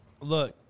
Look